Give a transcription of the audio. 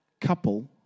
couple